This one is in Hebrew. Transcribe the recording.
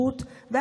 וביקשת בצדק,